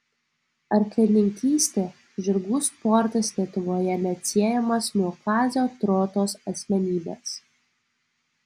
arklininkystė žirgų sportas lietuvoje neatsiejamas nuo kazio trotos asmenybės